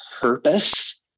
purpose